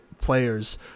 players